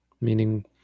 Meaning